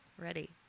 Ready